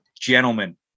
gentlemen